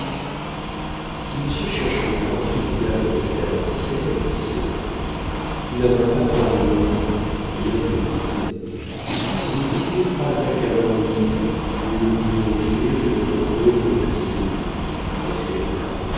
si monsieur cherche une fortune égale en capital à la sienne dit solonet nous n'avons pas trois millions et demi rien n'est plus évident si vous possédez trois accablants millions nous ne pouvons offrir que notre pauvre petit million presque rien